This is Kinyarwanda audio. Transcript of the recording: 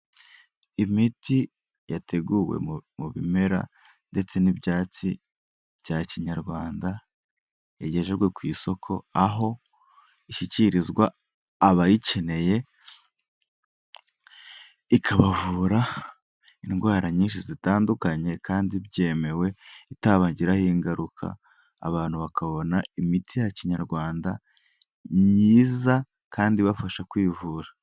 Imiti yateguwe mu bimera ndetse n'ibyatsi bya kinyarwanda yagejejwe ku isoko, aho ishyikirizwa abayikeneye, ikabavura indwara nyinshi zitandukanye kandi byemewe itabagiraho ingaruka, abantu bakabona imiti ya kinyarwanda myiza kandi ibafasha kwivura.